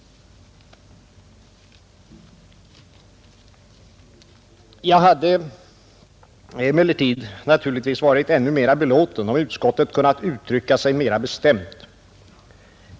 Visst hade jag varit ännu mera belåten, om utskottet kunnat uttrycka sig mera bestämt.